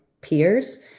peers